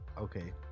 okay